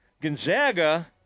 Gonzaga